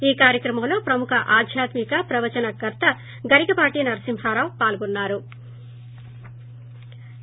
ఈ కార్యక్రమంలో ప్రముఖ ఆధ్యాత్మిక ప్రవచనకర్త గరికపాటి నరసింహరావు పాల్గొన్నారు